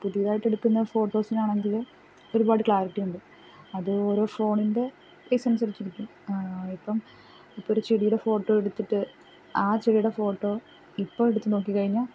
പുതിയതായിട്ടെടുക്കുന്ന ഫോട്ടോസിനാണെങ്കിൽ ഒരുപാട് ക്ലാരിറ്റിയുണ്ട് അത് ഓരോ ഫോണിൻ്റെ സൈസനുസരിച്ചിരിക്കും ഇപ്പം ഇപ്പോഴൊരു ചെടിയുടെ ഫോട്ടോ എടുത്തിട്ട് ആ ചെടിയുടെ ഫോട്ടോ ഇപ്പോൾ എടുത്ത് നോക്കിക്കഴിഞ്ഞാൽ